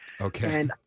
Okay